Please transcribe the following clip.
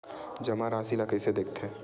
जमा राशि ला कइसे देखथे?